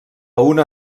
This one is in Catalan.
una